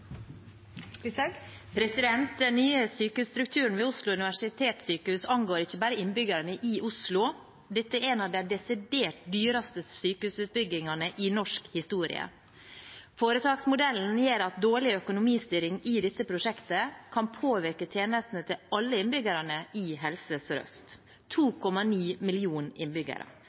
Den nye sykehusstrukturen ved Oslo universitetssykehus angår ikke bare innbyggerne i Oslo. Dette er en av de desidert dyreste sykehusutbyggingene i norsk historie. Foretaksmodellen gjør at dårlig økonomistyring i dette prosjektet kan påvirke tjenestene til alle innbyggerne i Helse Sør-Øst. 2,9 millioner innbyggere,